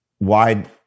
wide